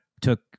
took